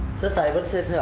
the cyber cell.